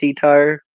tire